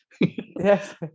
Yes